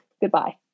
goodbye